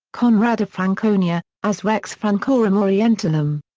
conrad of franconia, as rex francorum orientalum.